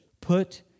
Put